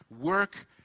work